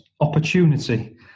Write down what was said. Opportunity